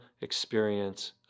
experience